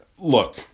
look